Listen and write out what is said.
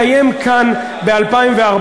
כישלון שלכם בשיקום,